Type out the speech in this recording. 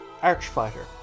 Archfighter